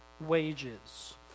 wages